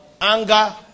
anger